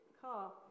car